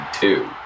two